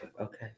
okay